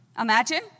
Imagine